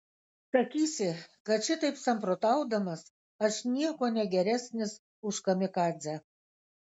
sakysi kad šitaip samprotaudamas aš niekuo negeresnis už kamikadzę